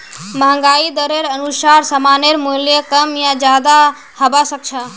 महंगाई दरेर अनुसार सामानेर मूल्य कम या ज्यादा हबा सख छ